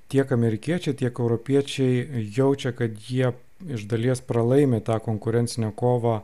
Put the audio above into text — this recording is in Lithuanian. tiek amerikiečiai tiek europiečiai jaučia kad jie iš dalies pralaimi tą konkurencinę kovą